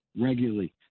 regularly